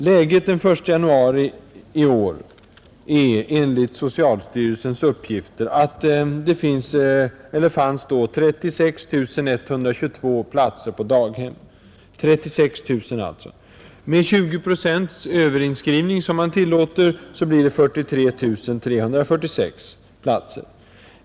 Läget den 1 januari i år var enligt socialstyrelsens uppgifter att det fanns 36 122 platser på daghem. Med 20 procents överinskrivning, som man tillåter, blir det 43 346 platser.